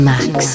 Max